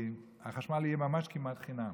שהחשמל יהיה ממש כמעט חינם,